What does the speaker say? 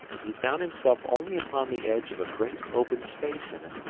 he found himself only upon the edge of a great open space in it,